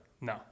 No